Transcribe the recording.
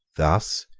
thus,